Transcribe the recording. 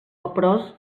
leprós